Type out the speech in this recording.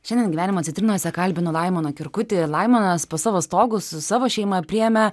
šiandien gyvenimo citrinose kalbinu laimoną kirkutį laimonas po savo stogu su savo šeima priėmė